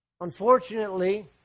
unfortunately